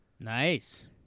Nice